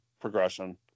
progression